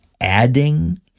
adding